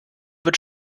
wird